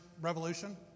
Revolution